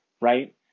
Right